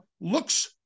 looks